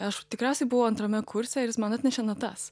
aš tikriausiai buvau antrame kurse ir jis man atnešė natas